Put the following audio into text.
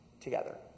together